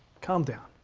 calm down.